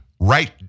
right